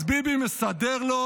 אז ביבי מסדר לו